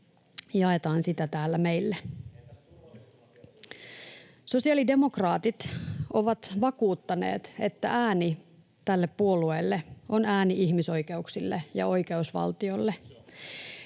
turvallisuusasiantuntijat?] Sosiaalidemokraatit ovat vakuuttaneet, että ääni tälle puolueelle on ääni ihmisoikeuksille ja oikeusvaltiolle.